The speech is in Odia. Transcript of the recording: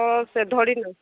ସେ ଧଡ଼ି ନାଇଁ